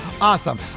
Awesome